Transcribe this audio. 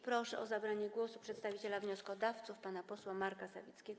Proszę o zabranie głosu przedstawiciela wnioskodawców pana posła Marka Sawickiego.